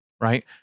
right